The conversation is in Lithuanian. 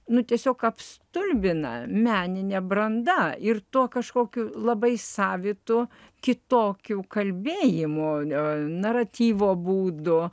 nu tiesiog apstulbina menine branda ir tuo kažkokiu labai savitu kitokiu kalbėjimu na naratyvo būdu